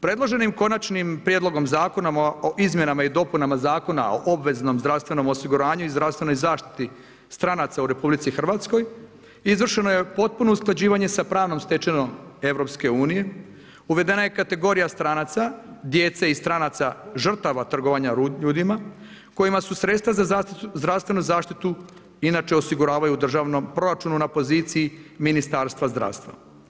Predloženim konačnim prijedlogom zakonima o izmjenama i dopunama Zakona o obveznom zdravstvenom osiguranju i zdravstvenom zaštiti stranaca u RH, izvršeno je potpuno usklađivanje sa pravnomu stečevinom EU, uvedena je kategorija stranaca, djece i stranaca žrtava trgovanja ljudima, kojima su sredstava za zdravstvenu zaštiti inače osiguravaju u državnom proračunu na poziciji Ministarstva zdravstva.